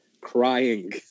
crying